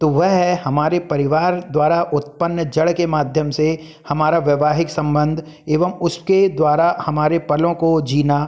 तो वह है हमारे परिवार द्वारा उत्पन्न जड़ के माध्यम से हमारा वैवाहिक सम्बन्ध एवम उसके द्वारा हमारे पलों को जीना